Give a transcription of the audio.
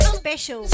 special